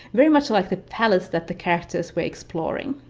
very much like the palace that the characters were exploring.